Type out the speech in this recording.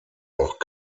auch